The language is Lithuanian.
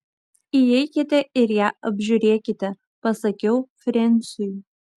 įeikite ir ją apžiūrėkite pasakiau frensiui